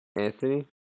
anthony